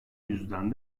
yüzden